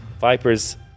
Vipers